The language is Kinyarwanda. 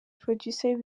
producer